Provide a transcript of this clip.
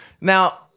Now